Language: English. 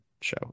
show